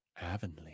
Avonlea